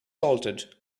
salted